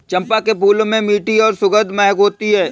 चंपा के फूलों में मीठी और सुखद महक होती है